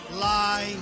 lie